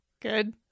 Good